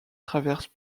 traverse